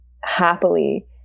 happily